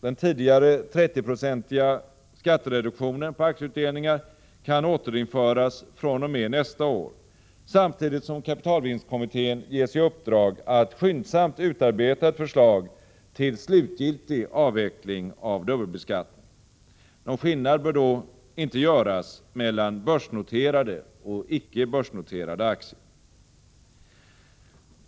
Den tidigare gällande 30-procentiga skattereduktionen på aktieutdelningar kan återinföras fr.o.m. nästa år, samtidigt som kapitalvinstkommittén ges i uppdrag att skyndsamt utarbeta ett förslag till slutgiltig avveckling av dubbelbeskattningen. Någon skillnad bör därvid icke göras mellan börsnoterade och icke börsnoterade aktier.